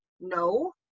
no